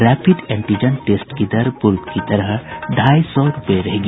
rapid antigen test की दर पूर्व की तरह ढ़ाई सौ रूपये रहेगी